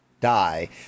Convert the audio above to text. die